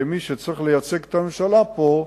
כמי שצריך לייצג את הממשלה פה,